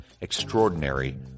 Extraordinary